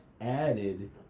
added